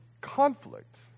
conflict